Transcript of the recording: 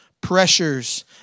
pressures